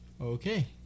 Okay